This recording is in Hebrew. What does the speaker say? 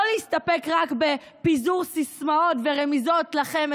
לא להסתפק רק בפיזור סיסמאות ורמיזות לכם,